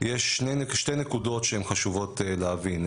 יש שתי נקודות שחשוב להבין.